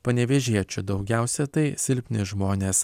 panevėžiečių daugiausia tai silpni žmonės